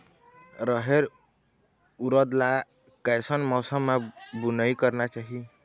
रहेर उरद ला कैसन मौसम मा बुनई करना चाही?